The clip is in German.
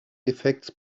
effekts